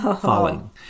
falling